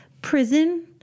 Prison